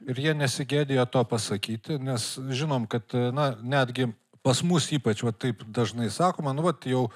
ir jie nesigėdija to pasakyti nes žinom kad na netgi pas mus ypač va taip dažnai sakoma nu vat jau